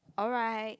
alright